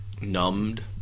Numbed